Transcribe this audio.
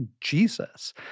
Jesus